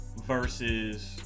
versus